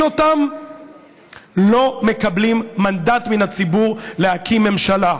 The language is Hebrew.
אותן לא מקבלים מנדט מן הציבור להקים ממשלה,